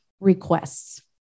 requests